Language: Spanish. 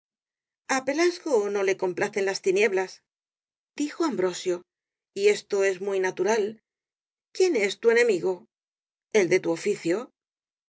á pelasgo no le complacen las tinieblas dijo i rosalía de castro ambrosio y esto es muy natural quién es tu enemigo el de tu oficio